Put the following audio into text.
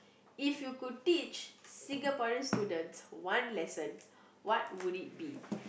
if you could teach Singaporean students one lesson what would it be